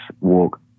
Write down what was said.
walk